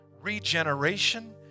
regeneration